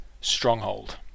Stronghold